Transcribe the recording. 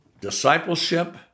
discipleship